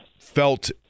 felt